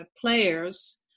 players